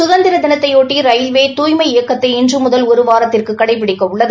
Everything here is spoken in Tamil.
சுதந்திர தினத்தையொட்டி ரயில்வே தூய்மை இயக்கத்தை இன்று முதல் ஒரு வாரத்திற்கு கடைபிடிக்கவுள்ளது